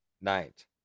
night